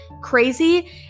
crazy